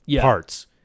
parts